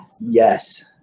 Yes